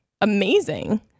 amazing